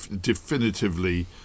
Definitively